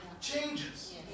changes